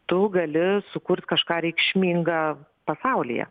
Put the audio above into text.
tu gali sukurt kažką reikšminga pasaulyje